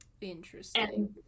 Interesting